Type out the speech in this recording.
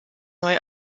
neu